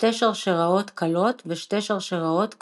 שתי שרשראות קלות ושתי שרשראות כבדות,